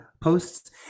posts